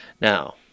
Now